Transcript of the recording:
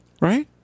right